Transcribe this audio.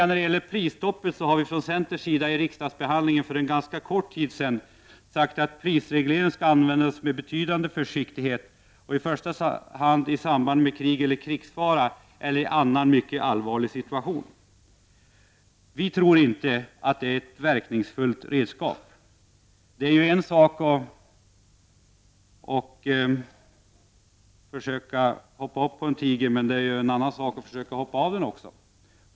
När det gäller prisstoppet har vi från centerns sida i riksdagsbehandlingen för ganska kort tid sedan sagt att prisreglering skall användas med betydande försiktighet och i första hand i samband med krig eller krigsfara eller annan mvcket allvarlig situation. Vi tror inte att det är ett verkningsfullt redskap. Det är ju en sak att försöka hoppa upp på en tiger, men det är en annan sak att försöka hoppa av den.